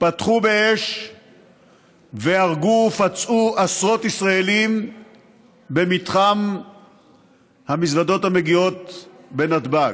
פתחו באש והרגו ופצעו עשרות ישראלים במתחם המזוודות המגיעות בנתב"ג.